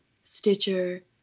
Stitcher